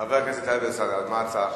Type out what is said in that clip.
חבר הכנסת טלב אלסאנע, מה ההצעה האחרת?